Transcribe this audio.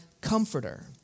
comforter